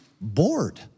bored